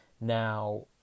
Now